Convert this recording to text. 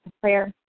prayer